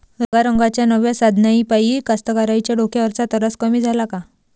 रंगारंगाच्या नव्या साधनाइपाई कास्तकाराइच्या डोक्यावरचा तरास कमी झाला का?